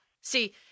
See